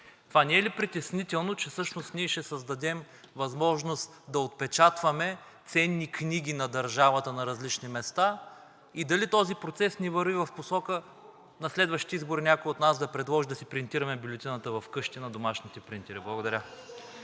Това не е ли притеснително, че всъщност ние ще създадем възможност да отпечатваме ценни книги на държавата на различни места и дали този процес не върви в посока на следващите избори някой от нас да предложи да си принтираме бюлетината вкъщи на домашните принтери. Благодаря.